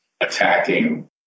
attacking